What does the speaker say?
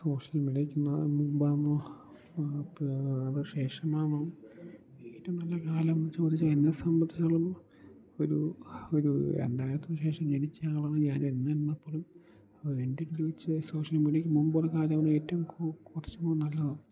social മീഡിയയ്ക്ക് മുമ്പാണൊ അതോ ശേഷമാണൊ ഏറ്റവും നല്ല കാലം എന്നു ചോദിച്ചുകഴിഞ്ഞാൽ എന്നെ സംബന്ധിച്ചെടുത്തോളം ഒരു ഒരൂ രണ്ടായിരത്തിനുശേഷം ജനിച്ച ആളാണ് ഞാൻ എന്നെ എന്നാൽപ്പോലും എൻ്റെ വിവരം വച്ച് സോഷ്യൽ മീഡിയയ്ക്ക് മുമ്പുള്ള കാലമാണ് ഏറ്റവും കുറച്ചും കൂടി നല്ലത്